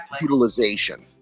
utilization